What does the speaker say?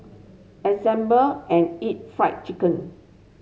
assemble and eat fried chicken